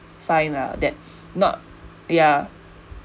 find lah that not ya